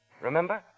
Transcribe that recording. Remember